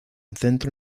centro